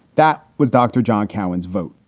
that was dr. john cowans vote.